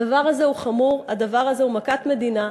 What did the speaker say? הדבר הזה הוא חמור, הדבר הזה הוא מכת מדינה.